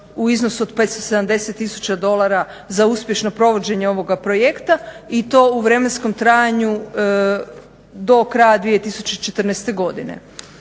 u iznosu od 570 tisuća dolara za uspješno provođenje ovoga projekata i to u vremenskom trajanju do kraja 2014. Zbog